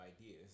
ideas